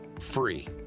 free